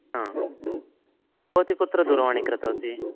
आम् भवति कुत्र दूरवाणी कृतवती